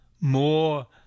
more